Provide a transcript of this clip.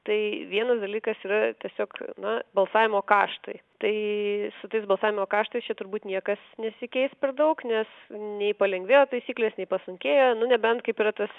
tai vienas dalykas yra tiesiog na balsavimo kaštai tai su tais balsavimo kaštais čia turbūt niekas nesikeis per daug nes nei palengvėjo taisyklės nei pasunkėjo nu nebent kaip yra tas